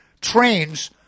trains